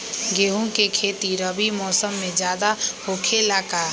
गेंहू के खेती रबी मौसम में ज्यादा होखेला का?